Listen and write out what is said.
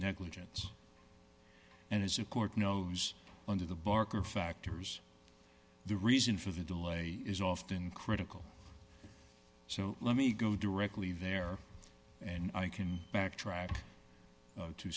negligence and as a court knows under the barker factors the reason for the delay is often critical so let me go directly there and i can backtrack